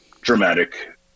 dramatic